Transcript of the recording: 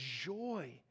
joy